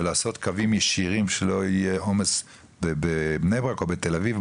ולעשות קווים ישירים כדי שלא יהיה עומס בבני ברק או בתל אביב,